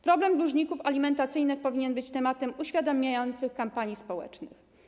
Problem dłużników alimentacyjnych powinien być tematem uświadamianym w kampanii społecznej.